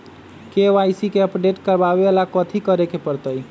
KYC के update करवावेला कथि करें के परतई?